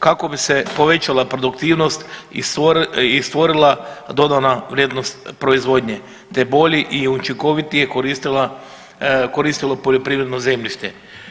Kako bi se povećala produktivnost i stvorila dodana vrijednost proizvodnje, te bolje i učinkovitije koristila, koristilo poljoprivredno zemljište.